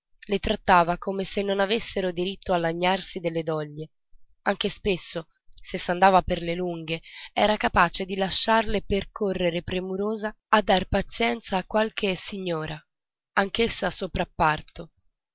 le trattava come se non avessero diritto di lagnarsi delle doglie e anche spesso se s'andava per le lunghe era capace di lasciarle per correre premurosa a dar pazienza a qualche signora